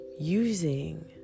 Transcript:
using